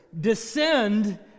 descend